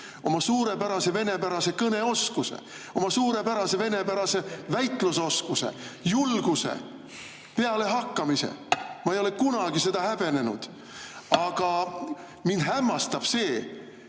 oma suurepärase venepärase kõneoskuse, oma suurepärase venepärase väitlusoskuse, julguse, pealehakkamise. Ma ei ole kunagi seda häbenenud. Aga mind hämmastab see,